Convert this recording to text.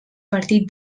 partit